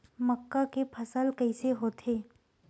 मक्का के फसल कइसे होथे?